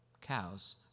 cows